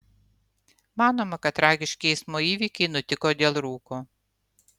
manoma kad tragiški eismo įvykiai nutiko dėl rūko